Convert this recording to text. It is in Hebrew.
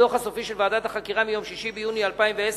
בדוח הסופי של ועדת החקירה מיום 6 ביוני 2010